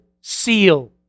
seal